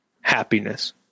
happiness